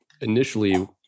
initially